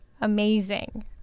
amazing